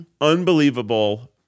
unbelievable